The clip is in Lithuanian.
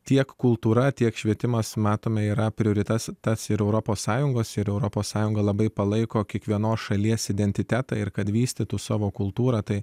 tiek kultūra tiek švietimas matome yra prioritetas tad ir europos sąjungos ir europos sąjunga labai palaiko kiekvienos šalies identitetą ir kad vystytų savo kultūrą tai